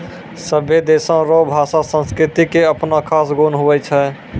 सभै देशो रो भाषा संस्कृति के अपनो खास गुण हुवै छै